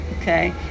okay